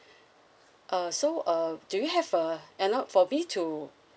uh so uh do you have uh uh no for me to